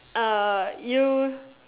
uh you